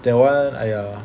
that one !aiya!